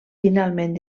finalment